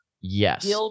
Yes